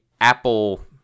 Apple